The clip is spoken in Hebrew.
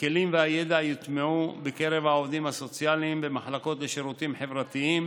הכלים והידע יוטמעו בקרב העובדים הסוציאליים במחלקות לשירותים חברתיים